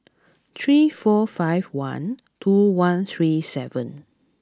three four five one two one three seven